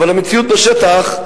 אבל המציאות בשטח,